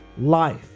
life